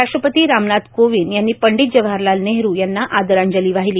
राष्ट्रपती रामनाथ कोविंद यांनी पंडीत जवाहरलाल नेहरु यांना आदरांजली वाहिली